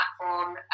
platform